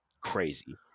crazy